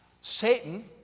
Satan